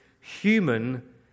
human